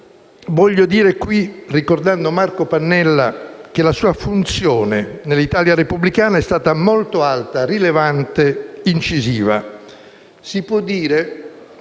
voglio dir qui, ricordando Marco Pannella, che la sua funzione nell'Italia repubblicana è stata molto alta, rilevante, incisiva. Si può dire,